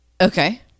Okay